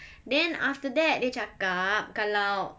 then after that dia cakap kalau